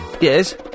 Yes